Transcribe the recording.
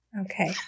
Okay